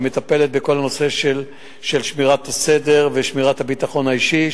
שמטפלת בכל הנושא של שמירת הסדר ושמירת הביטחון האישי,